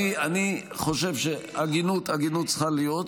אני חושב שהגינות צריכה להיות,